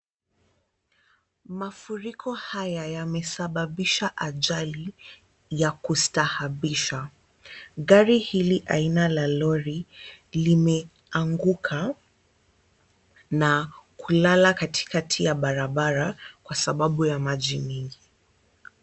Mafuriko haya yamesababisha ajali ua kustahabisha. Gari hili aina ya lori limeanguja na kulala katikati ya barabara kwa sababu ya maji mingi.